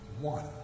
one